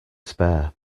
spare